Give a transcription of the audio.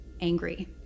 angry